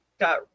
got